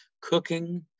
cooking